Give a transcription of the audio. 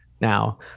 now